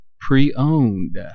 pre-owned